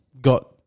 got